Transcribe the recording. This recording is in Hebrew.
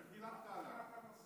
אתה דילגת עליי.